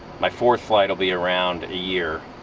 my fourth flight will be around a year.